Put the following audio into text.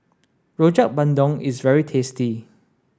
Rojak Bandung is very tasty